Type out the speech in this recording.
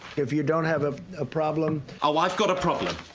if you don't have ah a problem oh, i've got a problem.